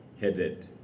headed